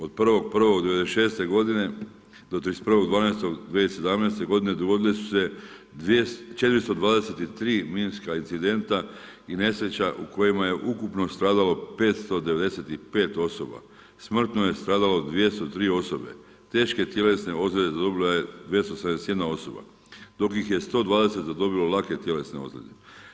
Od 1.1. '96. godine do 31. 12. 2017. godine dogodile su se 423 minska incidenta i nesreća u kojima je ukupno stradalo 595 osoba, smrtno je stradalo 203 osobe, teške tjelesne ozljede zadobila je 271 osoba, dok ih je 120 zadobilo lake tjelesne ozljede.